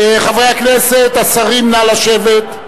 חברי הכנסת, השרים, נא לשבת.